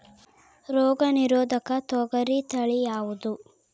ರೋಗ ನಿರೋಧಕ ತೊಗರಿ ತಳಿ ಯಾವುದು?